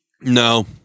No